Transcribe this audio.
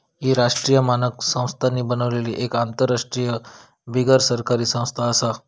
ही राष्ट्रीय मानक संस्थांनी बनलली एक आंतरराष्ट्रीय बिगरसरकारी संस्था आसा